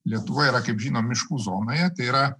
lietuva yra kaip žinom miškų zonoje tai yra